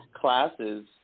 classes –